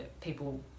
people